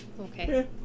Okay